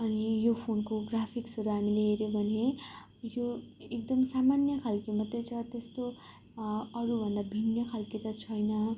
अनि यो फोनको ग्राफिक्सहरू हामीले हेऱ्यौँ भने यो एकदम सामान्य खालके मात्रै छ त्यस्तो अरूभन्दा भिन्न खालके त छैन